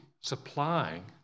supplying